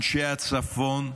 אנשי הצפון,